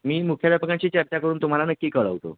मी मुख्याध्यापकांशी चर्चा करून तुम्हाला नक्की कळवतो